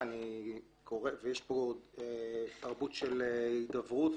אני אאפשר לעוד דובר אחד.